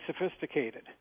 sophisticated